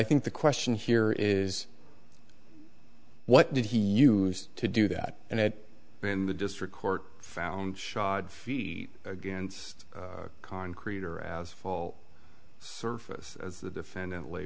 think the question here is what did he use to do that and it then the district court found shod feet against concrete or asphalt surface as the defendant lay